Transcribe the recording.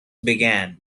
began